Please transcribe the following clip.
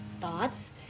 thoughts